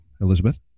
Elizabeth